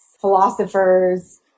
Philosophers